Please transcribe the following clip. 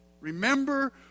Remember